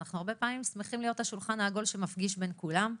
ואנחנו שמחים להיות השולחן העגול שמפגיש בין כולם.